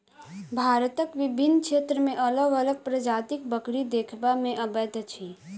भारतक विभिन्न क्षेत्र मे अलग अलग प्रजातिक बकरी देखबा मे अबैत अछि